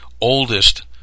oldest